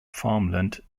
farmland